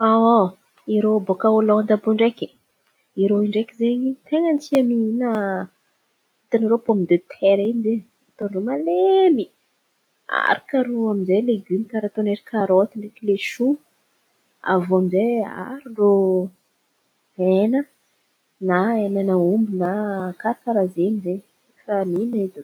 irô baka Hôlandy àby iô ndraiky irô iô ndraiky zen̈y ten̈a tia mihin̈a hitanarô pomidetera in̈y ataon-drô malemy aharakan-drô amin-jay legimo karà ataon'ny karôty ndraiky laiso, aviô amizay aharon-drô hena na hena omby na karàkarà zen̈y zen̈y fa mihaina edy irô.